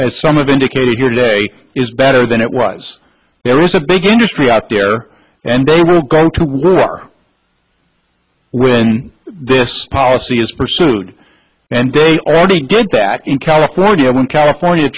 as some of indicated here today is better than it was there is a big industry out there and they will go too far with this policy is pursued and they already did that in california when california